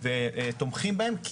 ותומכים בהם.